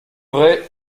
vrai